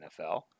NFL